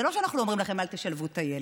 זה לא שאנחנו אומרים לכם אל תשלבו את הילד.